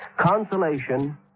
Consolation